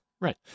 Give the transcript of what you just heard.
Right